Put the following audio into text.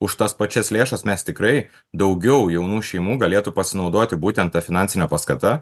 už tas pačias lėšas mes tikrai daugiau jaunų šeimų galėtų pasinaudoti būtent ta finansine paskata